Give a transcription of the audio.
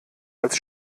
als